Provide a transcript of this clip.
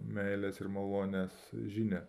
meilės ir malonės žinią